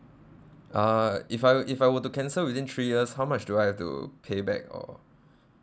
uh if I if I were to cancel within three years how much do I have to pay back or